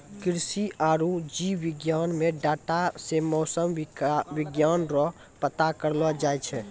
कृषि आरु जीव विज्ञान मे डाटा से मौसम विज्ञान रो पता करलो जाय छै